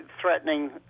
threatening